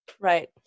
Right